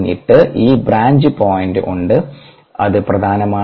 എന്നിട്ട് ഈ branch point ഉണ്ട് അത് പ്രധാനമാണ്